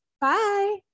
Bye